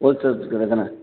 wholesale கடை தானே